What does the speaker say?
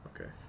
Okay